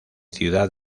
ciudad